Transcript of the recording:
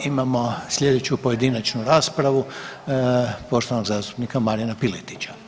Imamo slijedeću pojedinačnu raspravu poštovanog zastupnika Marina Piletića.